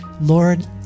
Lord